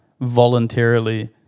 voluntarily